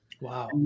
Wow